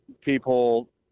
people –